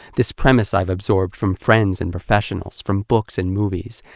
this premise i've absorbed from friends and professionals, from books and movies,